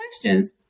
questions